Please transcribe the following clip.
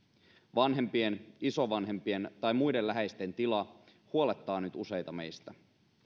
vanhempien isovanhempien tai muiden läheisten tila huolettaa nyt useita meistä